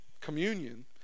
communion